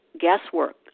guesswork